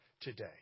today